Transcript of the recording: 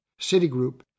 Citigroup